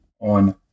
on